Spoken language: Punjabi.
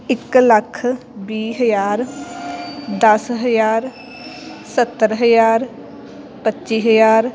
ਇੱਕ ਲੱਖ ਵੀਹ ਹਜ਼ਾਰ ਦਸ ਹਜ਼ਾਰ ਸੱਤਰ ਹਜ਼ਾਰ ਪੱਚੀ ਹਜ਼ਾਰ